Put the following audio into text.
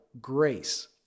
grace